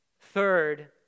Third